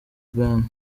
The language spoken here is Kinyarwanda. ben